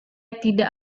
tidak